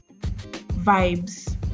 vibes